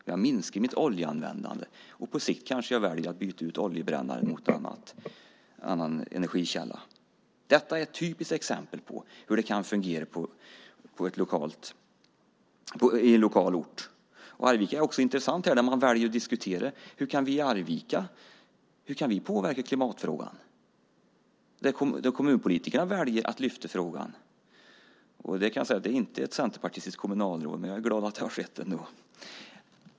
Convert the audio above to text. Man minskar sin oljeanvändning, och på sikt kanske man väljer att byta ut oljebrännaren mot någon annan energikälla. Detta är ett typiskt exempel på hur det kan fungera lokalt. Arvika är också intressant när man diskuterar hur man i kommunen kan påverka klimatfrågan. Där har kommunpolitikerna valt att lyfta fram frågan. Kommunalrådet är inte centerpartist, men jag är glad att det har skett ändå.